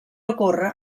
ocorre